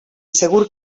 segur